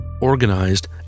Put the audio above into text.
organized